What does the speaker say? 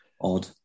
odd